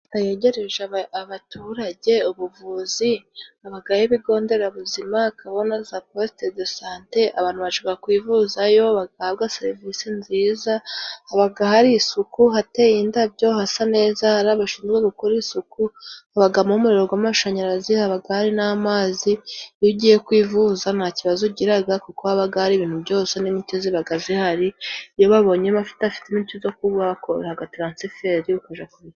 Leta yegereje abaturage ubuvuzi habayo ibigo nderabuzima, bakabaho na za poste de sante, abantu bajya kwivuzayo bahabwa serivisi nziza, haba hari isuku hateye indabyo hasa neza, hari abashinzwe gukora isuku haba hari umuriro w'amashanyarazi haba hari n'amazi, iyo ugiye kwivuza nta kibazo ugira kuko haba hari ibintu byose n'imiti iba ihari, iyo babonye badafite imiti yo kuguha bagukorera transiferi ukajya ku...